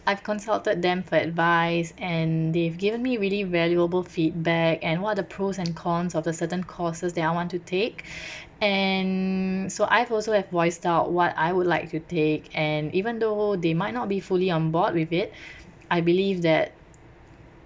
I've consulted them for advice and they've given me really valuable feedback and what are the pros and cons of the certain courses that I want to take and so I have also have voiced out what I would like to take and even though they might not be fully on board with it I believe that